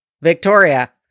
Victoria